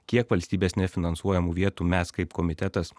kiek valstybės nefinansuojamų vietų mes kaip komitetas